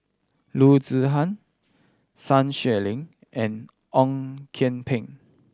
Loo Zihan Sun Xueling and Ong Kian Peng